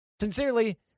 Sincerely